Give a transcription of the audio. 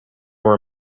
were